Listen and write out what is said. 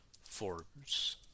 Forbes